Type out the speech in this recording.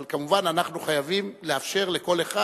אבל כמובן שאנחנו חייבים לאפשר לכל אחד,